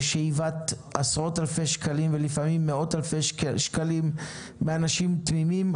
ושאיבת עשרות אלפי שקלים ולפעמים מאות אלפי שקלים מאנשים תמימים.